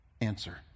answer